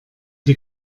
die